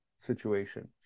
situation